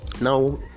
now